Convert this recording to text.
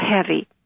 heavy